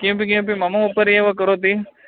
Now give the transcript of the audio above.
किमपि किमपि मम उपरि एव करोति